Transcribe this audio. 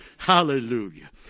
Hallelujah